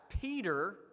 Peter